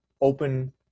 open